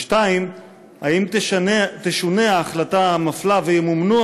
2. האם תשונה ההחלטה המפלה וימומנו